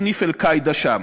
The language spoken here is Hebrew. סניף "אל-קאעידה" שם.